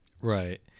right